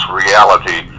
reality